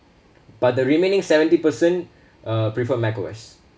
but the remaining seventy percent uh prefer mac O_S